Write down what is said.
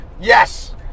Yes